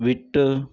விட்டு